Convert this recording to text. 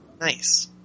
Nice